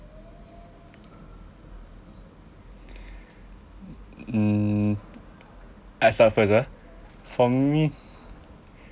hmm I start first ah for me